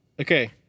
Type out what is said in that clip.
Okay